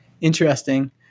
Interesting